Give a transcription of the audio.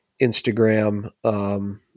Instagram